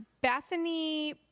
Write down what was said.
bethany